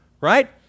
right